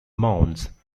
mounds